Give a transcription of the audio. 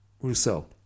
Rousseau